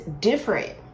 different